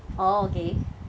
orh okay